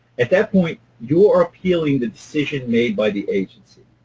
at that point, you are appealing the decision made by the agency.